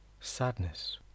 sadness